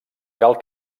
cal